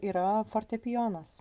yra fortepijonas